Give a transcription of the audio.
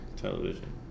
television